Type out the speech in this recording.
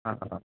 आ आ